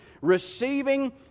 receiving